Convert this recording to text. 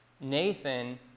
Nathan